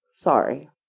sorry